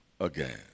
again